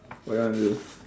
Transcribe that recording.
what you wanna do